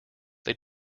they